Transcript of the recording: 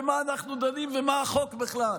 במה אנחנו דנים ומה החוק בכלל,